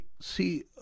see